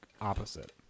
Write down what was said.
opposite